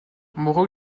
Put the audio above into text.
mauro